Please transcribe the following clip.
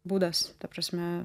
būdas ta prasme